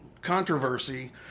controversy